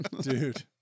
dude